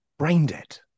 Braindead